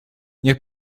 niech